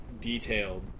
detailed